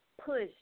pushed